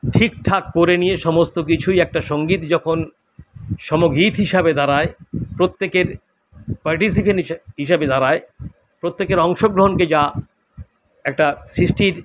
ঠিকঠাক করে নিয়ে সমস্ত কিছুই একটা সঙ্গীত যখন সমগীত হিসাবে দাঁড়ায় প্রত্যেকের পার্টিসিপেশন হিসা হিসাবে দাঁড়ায় প্রত্যেকের অংশগ্রহণকে যা একটা সৃষ্টির